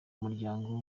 muryango